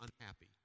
unhappy